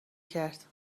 کرد